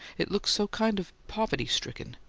it looks so kind of poverty-stricken.